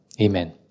Amen